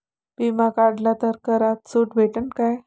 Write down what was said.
बिमा काढला तर करात सूट भेटन काय?